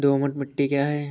दोमट मिट्टी क्या है?